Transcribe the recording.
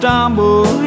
stumble